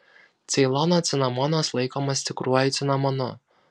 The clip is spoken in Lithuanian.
ceilono cinamonas laikomas tikruoju cinamonu